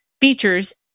features